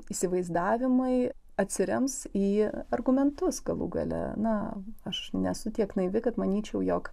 įsivaizdavimai atsirems į argumentus galų gale na aš nesu tiek naivi kad manyčiau jog